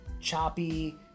choppy